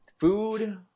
Food